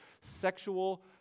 sexual